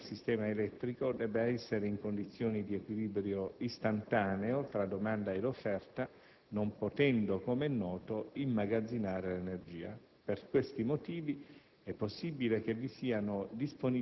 vale la pena sottolineare come il sistema elettrico debba essere in condizione di equilibrio istantaneo tra domanda ed offerta, non potendo, come è noto, immagazzinare energia. Per questi motivi,